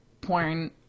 porn